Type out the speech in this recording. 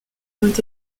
ont